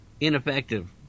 ineffective